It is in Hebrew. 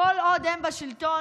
כל עוד הם בשלטון,